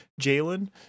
Jalen